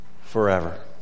forever